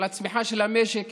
על הצמיחה של המשק,